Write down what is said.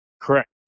Correct